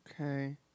Okay